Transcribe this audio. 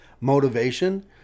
motivation